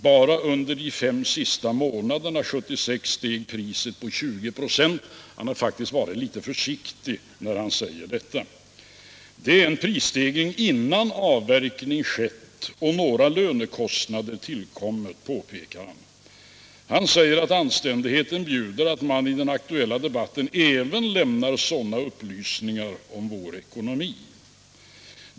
Bara under de fem sista månaderna 1976 steg priset med 20 26. — Han har faktiskt varit litet försiktig när han säger detta. — Det är en prisstegring innan avverkning skett och några lönekostnader tillkommer, påpekar han. Han säger att anständigheten bjuder att man i den aktuella debatten även lämnar sådana 'pplysningar om vår ekonomi.